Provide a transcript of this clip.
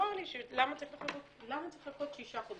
נשאלתי למה צריך לחכות חודשיים.